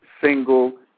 single